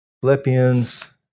Philippians